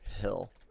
hill